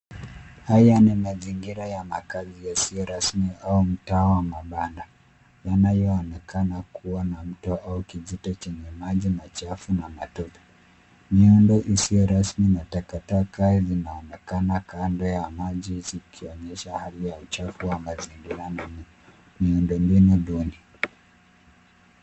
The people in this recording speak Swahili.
Haya ni mazingira ya makazi yasiyo rasmi au mtaa wa mabanda, yanayoonekana kuwa na mto au kijito chenye maji machafu na matope. Miundo isiyo rasmi na takataka zinaonekana kando ya maji zikionyesha hali ya uchafu wa mazingira na miundo mbinu duni.